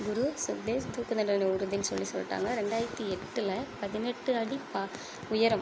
குரு சுக்தேவ் தூக்குத் தண்டனை உறுதின்னு சொல்லி சொல்லிட்டாங்க ரெண்டாயிரத்தி எட்டில் பதினெட்டு அடி பா உயரம்